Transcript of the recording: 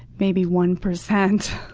maybe one percent.